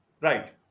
Right